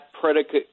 predicate